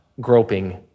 groping